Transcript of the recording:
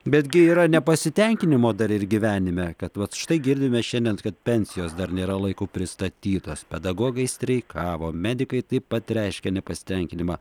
betgi yra nepasitenkinimo dar ir gyvenime kad vat štai girdime šiandien kad pensijos dar nėra laiku pristatytos pedagogai streikavo medikai taip pat reiškė nepasitenkinimą